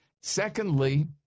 Secondly